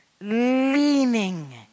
leaning